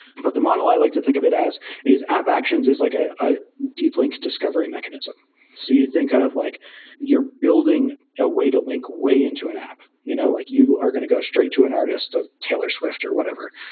but the model i like to think of it as is app actions is like ah a deep link discovery mechanism so you think of like you're building a way to link way into an app you know like you are going to go straight to an artist of taylor swift, or whatever,